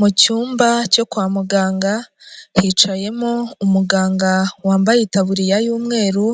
NI icyumba cyo kwa muganga, hicayemo umuganga wambaye itaburiya y'umweru.